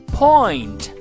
point